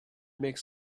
makes